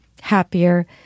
happier